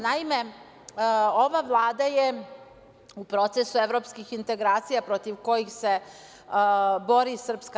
Naime, ova Vlada je u procesu evropskih integracija protiv kojih se bori SRS.